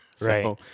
Right